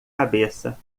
cabeça